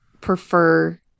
prefer